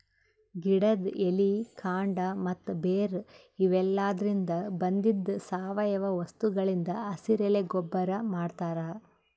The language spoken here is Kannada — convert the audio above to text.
ಗಿಡದ್ ಎಲಿ ಕಾಂಡ ಮತ್ತ್ ಬೇರ್ ಇವೆಲಾದ್ರಿನ್ದ ಬಂದಿದ್ ಸಾವಯವ ವಸ್ತುಗಳಿಂದ್ ಹಸಿರೆಲೆ ಗೊಬ್ಬರ್ ಮಾಡ್ತಾರ್